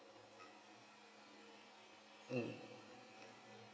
mm